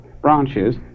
branches